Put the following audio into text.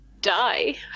die